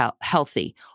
healthy